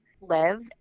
live